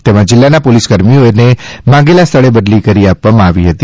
તેમાં જિલ્લાના પોલીસ કર્મીઓને માગેલા સ્થળે બદલી કરી આપવામાં આવી છે